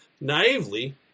Naively